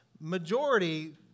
majority